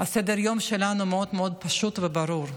סדר-היום שלנו מאוד מאוד חשוב וברור,